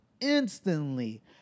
instantly